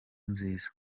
nziza